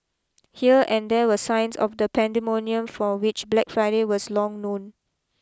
here and there were signs of the pandemonium for which Black Friday was long known